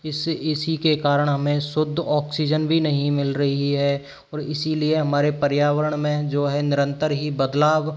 इसी के कारण हमें शुद्ध ऑक्सीजन भी नहीं मिल रही है और इसीलिए हमारे पर्यावरण में जो है निरंतर ही बदलाव